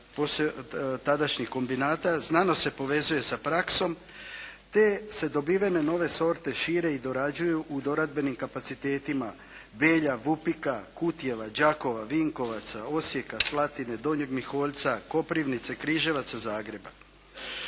poduzeća tadašnjih kombinata znanost se povezuje sa praksom te se dobivene nove sorte šire i dorađuju u doradbenim kapacitetima Belja, Vupika, Kutjeva, Đakova, Vinkovaca, Osijeka, Slatine, Donjeg Miholjca, Koprivnice, Križevaca, Zagreba.